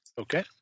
Okay